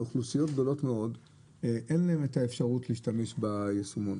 לאוכלוסיות גדולות מאוד אין את האפשרות להשתמש ביישומים.